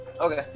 Okay